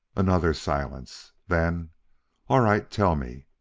another silence. then all right, tell me!